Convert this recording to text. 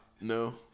No